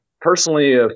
personally